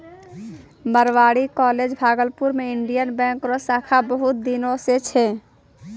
Marwari college Bhagalpur मे Indian bank रो शाखा बहुत दिन से छै